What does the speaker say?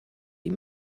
sie